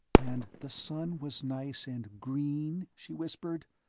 and the sun was nice and green, she whispered.